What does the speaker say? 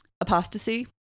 apostasy